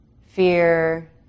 fear